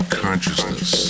consciousness